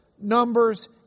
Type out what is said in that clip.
Numbers